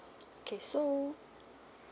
okay so